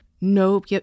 Nope